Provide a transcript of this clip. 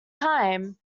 time